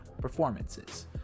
performances